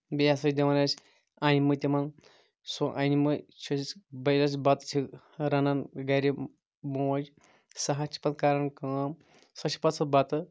بیٚیہِ ہسا چھِ دِوان أسۍ اَنمہٕ تِمن سُہ اَنمہٕ چھُ بیٚیہِ یُس بَتہٕ چھِ رَنان گرِ موج سُہ حظ چھِ پَتہٕ کران کٲم سُہ چھِ پَتہٕ سُہ بَتہٕ